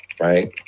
right